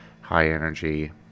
high-energy